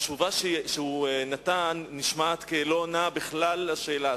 התשובה שהוא נתן נשמעת כלא עונה בכלל על השאלה.